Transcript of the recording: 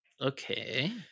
Okay